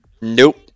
Nope